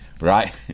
right